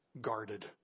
guarded